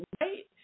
right